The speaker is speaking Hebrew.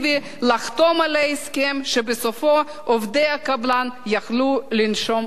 לחתום על הסכם שבסופו עובדי הקבלן יוכלו לנשום לרווחה.